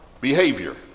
behavior